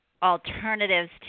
Alternatives